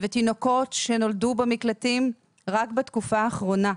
ותינוקות שנולדו במקלטים רק בתקופה האחרונה,